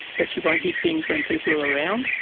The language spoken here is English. but she won't hit things when people are around.